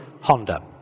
Honda